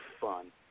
fun